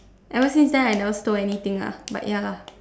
ever since that I never stole anything lah but ya lah